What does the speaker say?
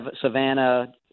Savannah